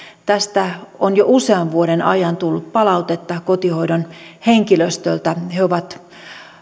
tästä on jo usean vuoden ajan tullut palautetta kotihoidon henkilöstöltä he ovat